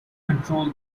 control